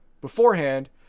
beforehand